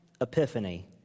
epiphany